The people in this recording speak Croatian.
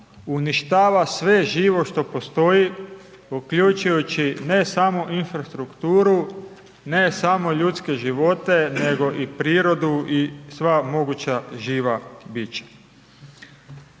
uništava sve živo što postoji uključujući ne samo infrastrukturu, ne samo ljudske živote nego i prirodu i sva moguća živa bića.